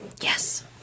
Yes